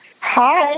Hi